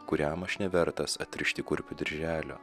kuriam aš nevertas atrišti kurpių dirželio